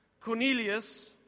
Cornelius